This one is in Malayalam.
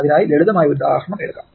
അതിനായി ലളിതമായ ഒരു ഉദാഹരണം എടുക്കാം